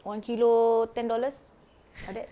one kilo ten dollars like that